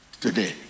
today